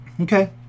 Okay